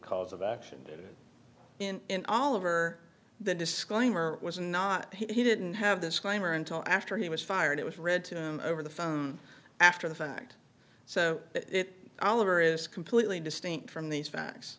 cause of action in all over the disclaimer it was not he didn't have this claim or until after he was fired it was read to him over the phone after the fact so it oliver is completely distinct from these facts